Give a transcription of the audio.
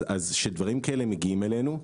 כאשר דברים כאלה מגיעים אלינו,